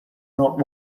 not